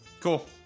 Cool